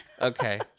Okay